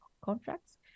contracts